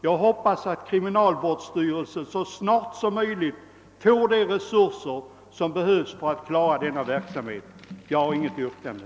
Jag hoppas att kriminalvårdsstyrelsen så snart som möjligt får de resurser som behövs för att klara denna verksamhet. Jag har inget yrkande.